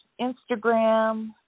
Instagram